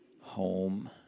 home